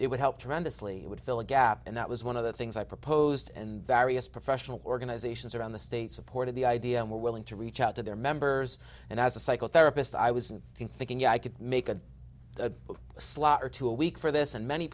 it would help tremendously it would fill a gap and that was one of the things i proposed and various professional organizations around the state supported the idea and were willing to reach out to their members and as a psychotherapist i was thinking i could make a slot or two a week for this and many